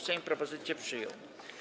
Sejm propozycję przyjął.